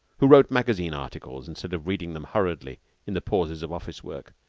who wrote magazine articles instead of reading them hurriedly in the pauses of office-work,